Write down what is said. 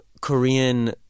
Korean